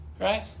Right